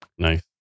Nice